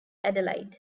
adelaide